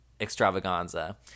extravaganza